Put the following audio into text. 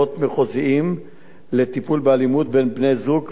לטיפול באלימות בין בני-זוג ועבירות מין,